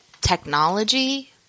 technology